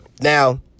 Now